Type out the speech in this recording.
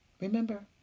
Remember